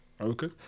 okay